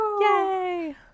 Yay